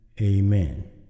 amen